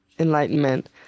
Enlightenment